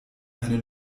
eine